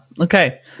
Okay